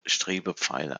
strebepfeiler